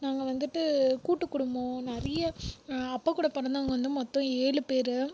நாங்கள் வந்துட்டு கூட்டு குடும்பம் நிறைய அப்பா கூட பிறந்தவங்க வந்து மொத்தம் ஏழு பேர்